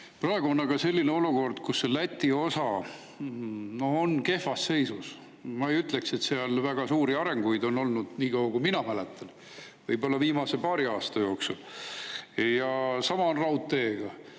Praegu on aga selline olukord, kus Läti osa on kehvas seisus. Ma ei ütleks, et seal on väga suuri arenguid olnud nii kaua, kui mina mäletan, võib-olla viimase paari aasta jooksul. Ja sama on raudteega: